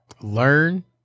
learn